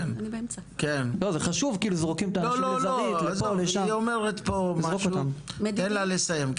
זה חשוב כי אם זורקים את האנשים לזרעית לפה לשם- -- מדיניות